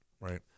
Right